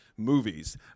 movies